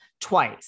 twice